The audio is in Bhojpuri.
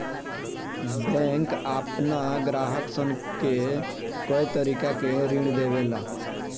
बैंक आपना ग्राहक सन के कए तरीका के ऋण देवेला